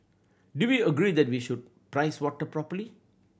do we agree that we should price water properly